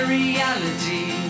reality